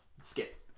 Skip